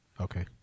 Okay